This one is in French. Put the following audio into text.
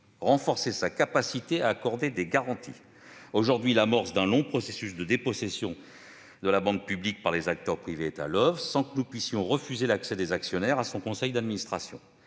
renforcer sa capacité à accorder des garanties ». Aujourd'hui, l'amorce d'un long processus de dépossession de la banque publique par les acteurs privés est à l'oeuvre, sans que nous puissions refuser l'accès des actionnaires à son conseil d'administration.